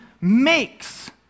makes